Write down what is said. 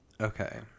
Okay